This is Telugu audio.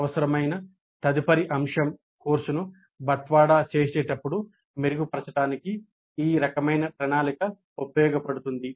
అవసరమైన తదుపరి అంశం కోర్సును బట్వాడా చేసేటప్పుడు మెరుగుపరచడానికి ఈ రకమైన ప్రణాళిక ఉపయోగపడుతుంది